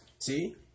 See